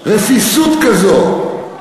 רפיסות כזאת.